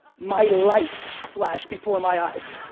my life flashed before my eyes.